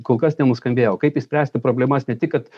kol kas ne nuskambėjo kaip išspręsti problemas ne tik kad